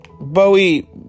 Bowie